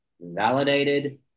validated